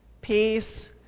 peace